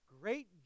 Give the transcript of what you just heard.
great